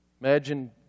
Imagine